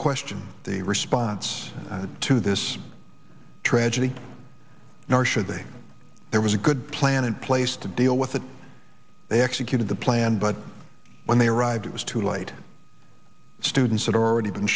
question the response to this tragedy nor should they there was a good plan in place to deal with it they executed the plan but when they arrived it was too late students had already been